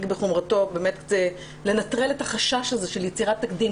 בחומרתו והוא מנטרל את החשש של יצירת תקדים.